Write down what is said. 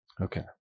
Okay